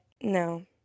no